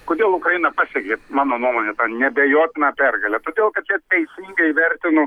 kodėl ukraina pasiekė mano nuomone neabejotiną pergalę todėl kad jie teisingai vertino